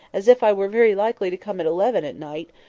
as if i were very likely to come at eleven at night,